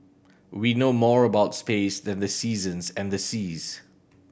we know more about space than the seasons and the seas